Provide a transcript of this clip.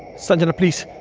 sanjana, please.